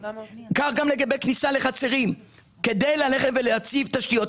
כך גם לגבי כניסה לחצרים כדי ללכת ולהציב תשתיות.